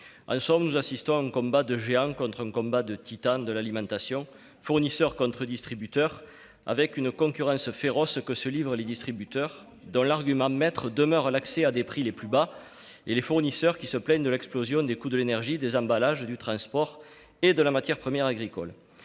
En somme, nous assistons à un combat de géants contre des titans de l'alimentation- fournisseurs contre distributeurs -avec une concurrence féroce entre distributeurs, dont l'argument maître demeure l'accès aux prix les plus bas, et des fournisseurs qui se plaignent de l'explosion des coûts de l'énergie, des emballages, du transport, et de la matière première agricole.